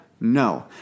No